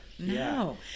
No